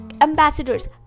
Ambassadors